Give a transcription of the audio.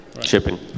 shipping